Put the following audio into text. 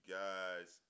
guys